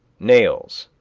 nails.